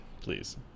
please